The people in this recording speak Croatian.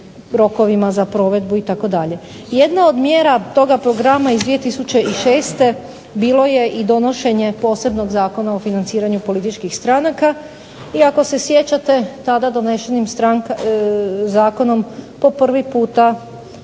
rokovima za provedbu itd. Jedno od mjera iz tog programa iz 2006. bilo je i donošenje posebnog zakona o financiranju političkih stranaka, i ako se sjećate tada donešenim zakonom po prvi puta